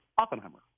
Oppenheimer